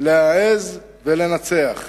להעז ולנצח.